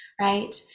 right